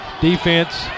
defense